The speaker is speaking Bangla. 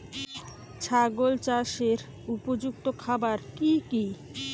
ছাগল চাষের উপযুক্ত খাবার কি কি?